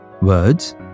Words